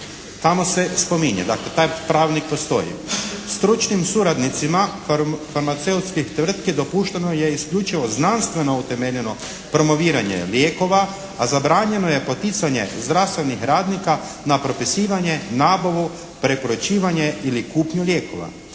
tamo se spominje. Dakle taj pravilnik postoji. Stručnim suradnicima farmaceutskih tvrtki dopušteno je isključivo znanstveno utemeljeno promoviranje lijekova, a zabranjeno je poticanje zdravstvenih radnika na propisivanje, nabavu, preporučivanje ili kupnju lijekova,